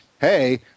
hey